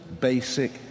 basic